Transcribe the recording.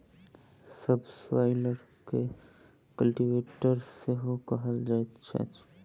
सब स्वाइलर के कल्टीवेटर सेहो कहल जाइत अछि